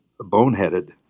boneheaded